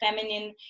feminine